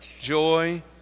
joy